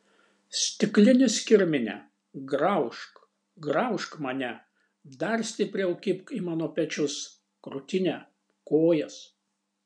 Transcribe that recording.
stiklinis kirmine graužk graužk mane dar stipriau kibk į mano pečius krūtinę kojas